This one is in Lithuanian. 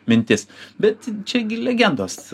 mintis bet čia gi legendos